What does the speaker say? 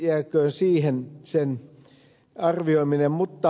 jääköön siihen tämän arviointi